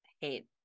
hate